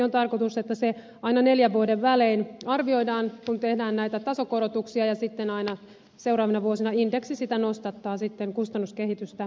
on tarkoitus että valtion osuus euromääräisesti aina neljän vuoden välein arvioidaan kun tehdään tasokorotuksia ja sitten aina seuraavina vuosina indeksi sitä nostattaa kustannuskehitystä vastaavasti